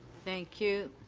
thank you.